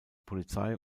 polizei